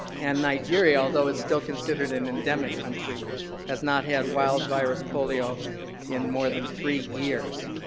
and nigeria, although it's still considered an endemic country has not had wild virus polio in more than three years.